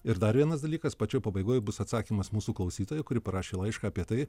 ir dar vienas dalykas pačioj pabaigoj bus atsakymas mūsų klausytojai kuri parašė laišką apie tai